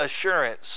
assurance